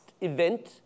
event